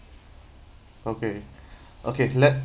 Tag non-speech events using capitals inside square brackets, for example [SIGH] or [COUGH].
okay [BREATH] okay let